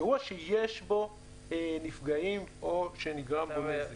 אירוע שיש בו נפגעים, או שנגרם בו נזק